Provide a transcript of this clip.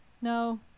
no